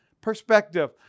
perspective